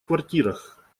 квартирах